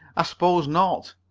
i s'pose not.